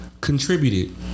contributed